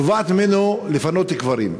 תובעת ממנו לפנות קברים.